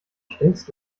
stellst